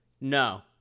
No